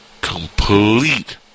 complete